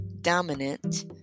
Dominant